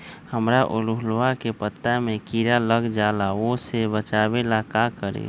हमरा ओरहुल के पत्ता में किरा लग जाला वो से बचाबे ला का करी?